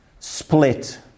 Split